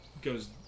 goes